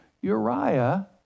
Uriah